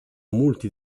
multi